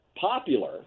popular